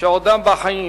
שעודם בחיים.